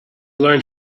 learned